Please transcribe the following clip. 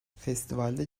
festivalde